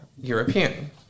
European